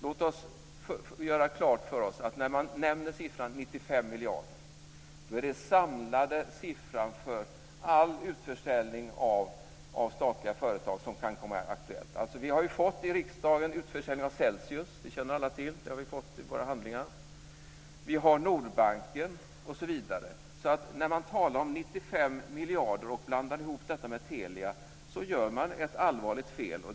Låt oss göra klart för oss att när man nämner siffran 95 miljarder är det den samlade siffran för all utförsäljning av statliga företag som kan bli aktuell. Vi har ju utförsäljningen av Celsius. Den känner alla till. Den har vi fått handlingar om. Vi har Nordbanken osv. När man talar om 95 miljarder och blandar ihop detta med Telia gör man ett allvarligt fel.